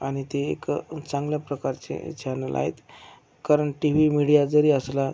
आणि ते एकं चांगल्या प्रकारचे चॅनल आहेत कारण टी व्ही मिडिया जरी असला